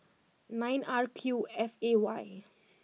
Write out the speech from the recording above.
nine R Q F A Y